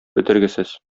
бетергесез